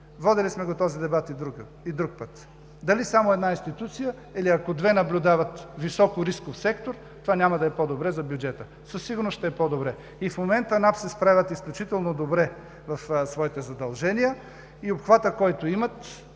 Водили сме го този дебат и друг път – дали само една институция, или ако две наблюдават високо рисков сектор, дали това няма да е по-добре за бюджета. Със сигурност ще е по-добре! И в момента НАП се справят изключително добре със своите задължения и обхватът, който имат,